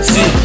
See